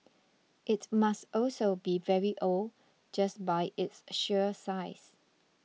it must also be very old just by its sheer size